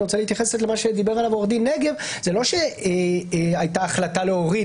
אני רוצה להתייחס למה שדיבר עליו עורך דין נגב זה לא שהייתה החלטה להוריד